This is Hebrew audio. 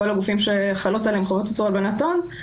כל הגופים שחלות עליהם חובות איסור הלבנת הון,